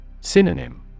Synonym